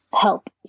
help